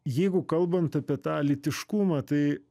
jeigu kalbant apie tą lytiškumą tai